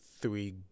three